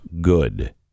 good